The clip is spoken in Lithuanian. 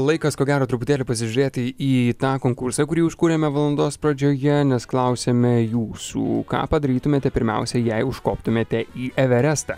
laikas ko gero truputėlį pasižiūrėti į tą konkursą kurį užkūrėme valandos pradžioje nes klausėme jūsų ką padarytumėte pirmiausia jei užkoptumėte į everestą